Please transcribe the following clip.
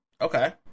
Okay